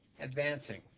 advancing